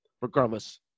regardless